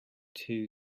two